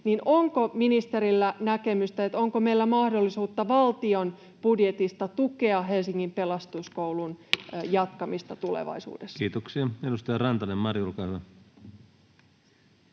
onko ministerillä näkemystä, onko meillä mahdollisuutta valtion budjetista tukea Helsingin Pelastuskoulun jatkamista tulevaisuudessa? Kiitoksia. — Edustaja Rantanen Mari, olkaa